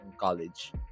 college